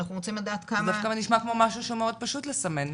נשמע כמו משהו שמאוד פשוט לסמן תיק.